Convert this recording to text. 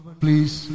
please